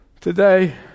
Today